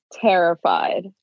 terrified